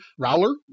Rowler